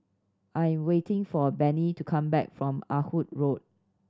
I am waiting for Bennie to come back from Ah Hood Road